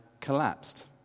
collapsed